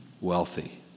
wealthy